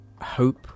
hope